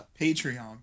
Patreon